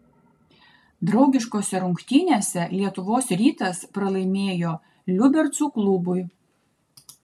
draugiškose rungtynėse lietuvos rytas pralaimėjo liubercų klubui